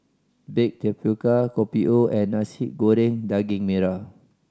baked tapioca Kopi O and Nasi Goreng Daging Merah